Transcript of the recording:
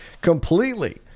completely